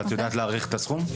ואת יודעת להעריך את הסכום?